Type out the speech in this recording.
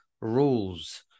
rules